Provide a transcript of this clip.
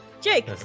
Jake